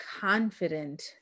confident